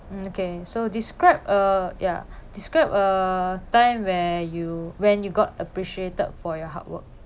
mm okay so describe uh ya describe a time where you when you've got appreciated for your hard work